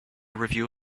review